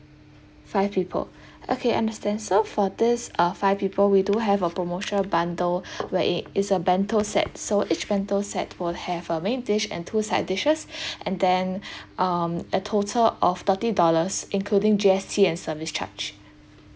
five people okay understand so for this uh five people we do have a promotional bundle where it is a bento set so each bento set will have a main dish and two side dishes and then um a total of thirty dollars including G_S_T and service charge